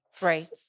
right